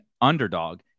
underdog